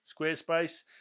Squarespace